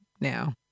now